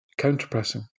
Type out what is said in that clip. counterpressing